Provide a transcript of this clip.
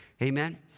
Amen